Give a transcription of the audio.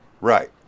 Right